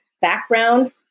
background